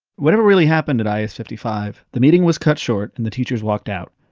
whatever really happened at i s. fifty five, the meeting was cut short, and the teachers walked out,